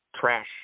Trash